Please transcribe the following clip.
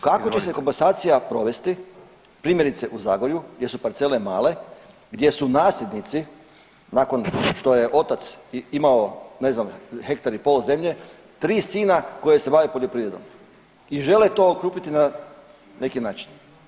Kako će se komasacija provesti primjerice u Zagorju gdje su parcele male, gdje su nasljednici nakon što je otac imao ne znam hektar i pol zemlje 3 sina koji se bave poljoprivredom i žele to okrupniti na neki način?